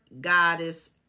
goddess